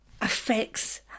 affects